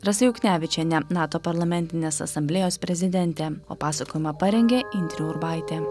rasa juknevičienė nato parlamentinės asamblėjos prezidentė o pasakojimą parengė indrė urbaitė